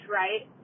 right